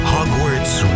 Hogwarts